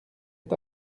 est